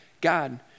God